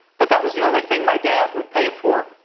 but that was the only thing my dad would pay for.